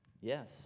Yes